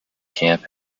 camp